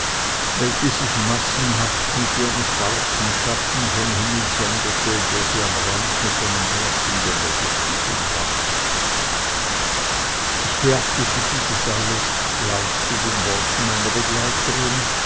welche sich massenhaft mit ihrem schwarzen schatten vom himmel sonderte der sie am rande mit einem blassen dämmergürtel umgab ich beachtete dieses alles lauschte den worten meiner begleiterin